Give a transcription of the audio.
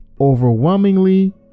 overwhelmingly